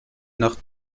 nach